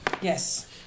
Yes